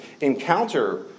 encounter